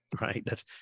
right